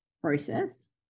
process